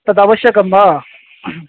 तदावश्यकं वा